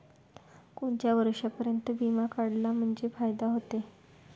कोनच्या वर्षापर्यंत बिमा काढला म्हंजे फायदा व्हते?